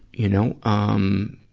you know, um,